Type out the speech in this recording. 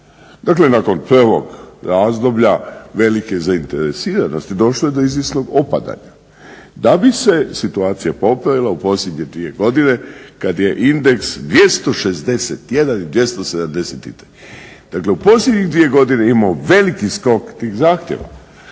Dakle nakon prvog razdoblja velike zainteresiranosti došlo je do izvjesnog opadanja, da bi se situacija popravila u posljednje dvije godine kad je indeks 261 i 273. Dakle u posljednje dvije godine imamo veliki skok tih zahtjeva.